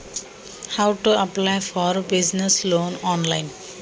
व्यवसाय कर्जासाठी ऑनलाइन अर्ज कसा भरायचा?